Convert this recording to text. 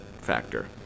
factor